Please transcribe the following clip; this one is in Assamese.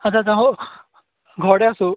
আচ্ছা আচ্ছা হ'ল ঘৰতে আছোঁ